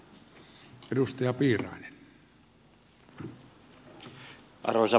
arvoisa puhemies